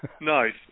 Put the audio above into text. Nice